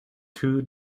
two